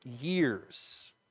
years